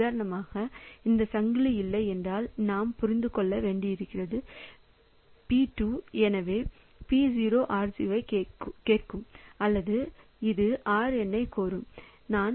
உதாரணமாக இந்த சங்கிலி இல்லை என்றால் நாம் புரிந்து கொள்ளக்கூடியது பி 2 எனவே P 0 R 0 ஐக் கோருகிறது அல்லது இது R n ஐக் கோருகிறது